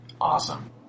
Awesome